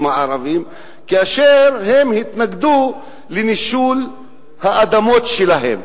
הערבים כאשר הם התנגדו לנישול מהאדמות שלהם.